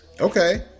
Okay